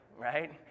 right